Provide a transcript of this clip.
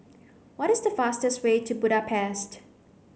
what is the fastest way to Budapest